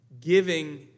Giving